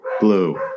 blue